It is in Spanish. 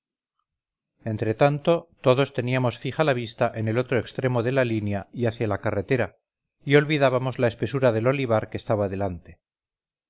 coupigny entretanto todos teníamos fija la vista en el otro extremo de la línea y hacia la carretera y olvidábamos la espesura del olivar que estaba delante